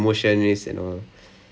ya they don't